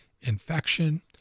infection